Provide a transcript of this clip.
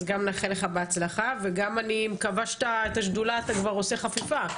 אז גם נאחל לך בהצלחה וגם אני מקווה שאת השדולה אתה כבר עושה חפיפה,